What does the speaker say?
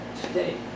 today